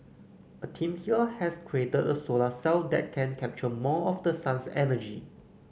a team here has created a solar cell that can capture more of the sun's energy